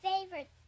favorite